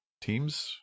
teams